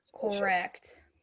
correct